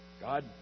God